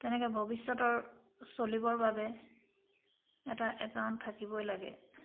তেনেকৈ ভৱিষ্যতৰ চলিবৰ বাবে এটা একাউণ্ট থাকিবই লাগে